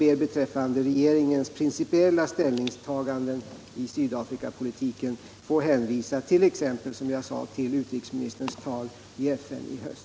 Beträffande regeringens principiella ställningstagande i Sydafrikapolitiken ber jag att få hänvisa exempelvis till utrikesministerns tal i FN i höst.